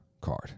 card